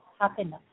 happiness